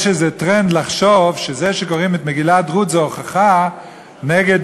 יש איזה טרנד לחשוב שזה שקוראים את מגילת רות זו הוכחה נגד